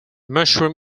mushroom